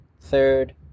Third